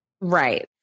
right